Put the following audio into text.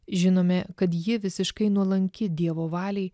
žinome kad ji visiškai nuolanki dievo valiai